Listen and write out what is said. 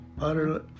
utter